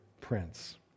prince